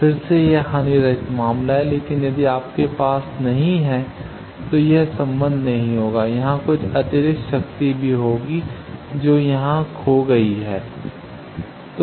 फिर से यह हानिरहित मामला है लेकिन यदि आपके पास यह नहीं है तो यह संबंध नहीं होगा यहां कुछ अतिरिक्त शक्ति भी होगी जो यहां खो गई है